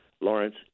Lawrence